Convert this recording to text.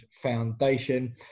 Foundation